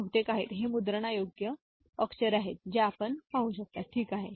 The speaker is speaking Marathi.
हे बहुतेक आहेत हे मुद्रणयोग्य अक्षरे आहेतGआपण पाहू शकता ठीक आहे